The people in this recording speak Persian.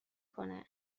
کنه